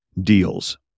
deals